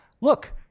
Look